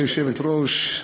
גברתי היושבת-ראש,